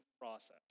process